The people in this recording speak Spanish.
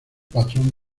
patrón